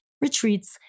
retreats